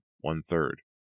one-third